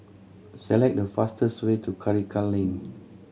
select the fastest way to Karikal Lane